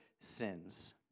sins